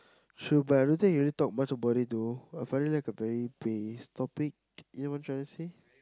true but I don't think really talk much about it though I find it like a very base topic you know what I'm trying to say